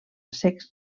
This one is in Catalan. serveis